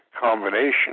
combination